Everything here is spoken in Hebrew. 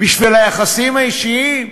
בשביל היחסים האישיים,